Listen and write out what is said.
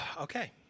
Okay